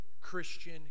Christian